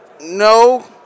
No